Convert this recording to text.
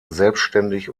selbstständig